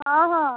ହଁ ହଁ